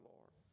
Lord